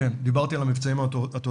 כן, דיברתי על המבצעים התודעתיים.